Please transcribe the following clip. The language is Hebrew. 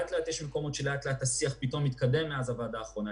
יש מקומות שלאט לאט השיח התקדם מאז הישיבה האחרונה,